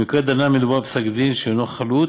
במקרה דנן מדובר בפסק-דין שאינו חלוט,